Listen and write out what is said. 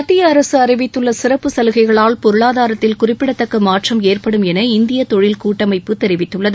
மத்திய அரசு அறிவித்துள்ள சிறப்பு சலுகைகளால் பொருளாதாரத்தில் குறிப்பிடதக்க மாற்றம் ஏற்படும் என இந்திய தொழில் கூட்டமைப்பு தெரிவித்துள்ளது